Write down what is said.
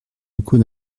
locaux